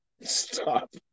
Stop